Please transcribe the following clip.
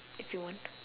if you want